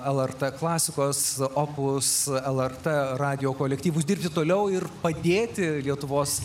lrt klasikos opus lrt radijo kolektyvus dirbti toliau ir padėti lietuvos